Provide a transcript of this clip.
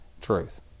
truth